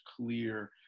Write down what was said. clear